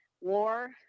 war